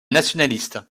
nationaliste